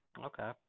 Okay